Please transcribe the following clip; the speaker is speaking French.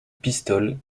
pistoles